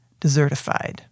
desertified